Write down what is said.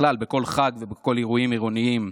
בכלל, בכל חג ובאירועים עירוניים,